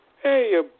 Hey